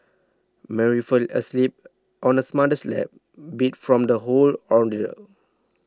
Mary fell asleep on her mother's lap beat from the whole ordeal